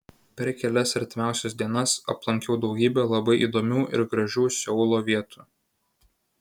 per kelias artimiausias dienas aplankiau daugybę labai įdomių ir gražių seulo vietų